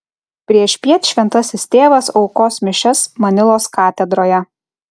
priešpiet šventasis tėvas aukos mišias manilos katedroje